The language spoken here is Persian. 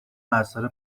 اثر